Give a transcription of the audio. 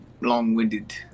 long-winded